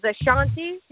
Ashanti